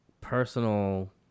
personal